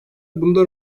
bunda